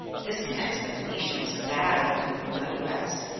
this connects the phoenicians with that island in the remote west,